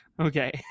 Okay